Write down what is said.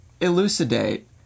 elucidate